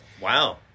Wow